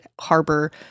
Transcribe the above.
harbor